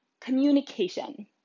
Communication